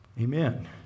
Amen